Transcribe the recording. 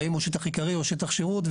והאם הוא שטח עיקרני או שטח שירות.